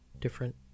different